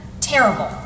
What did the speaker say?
terrible